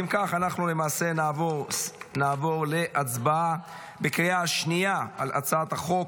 אם כך אנחנו נעבור להצבעה בקריאה שנייה על הצעת החוק.